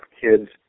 kids